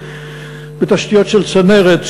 בתשתיות של צנרת,